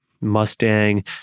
Mustang